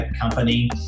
company